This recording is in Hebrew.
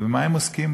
ובמה הם עוסקים?